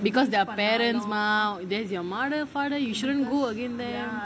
because they are parents mah that's your mother father you shouldn't go against them